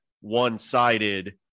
one-sided